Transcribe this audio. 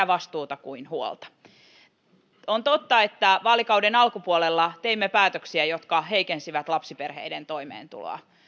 vastuuta kuin huoltakin on totta että vaalikauden alkupuolella teimme päätöksiä jotka heikensivät lapsiperheiden toimeentuloa